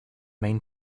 main